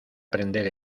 prender